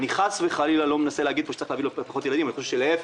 אני חס וחלילה לא מנסה להגיד פה שצריך להביא פחות ילדים להיפך,